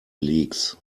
leaks